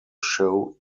show